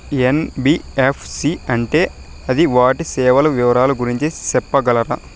NBFC అంటే అది వాటి సేవలు వివరాలు గురించి సెప్పగలరా?